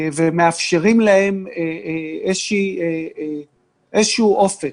ומאפשרים להם איזשהו אופק.